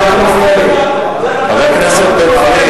אבל למה אתה מפריע לי?